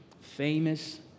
famous